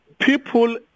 people